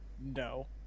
no